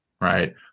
Right